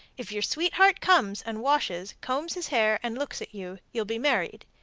if your sweetheart comes and washes, combs his hair, and looks at you, you'll be married.